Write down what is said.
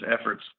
efforts